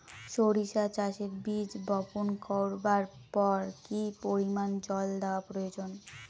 সরিষা চাষে বীজ বপন করবার পর কি পরিমাণ জল দেওয়া প্রয়োজন?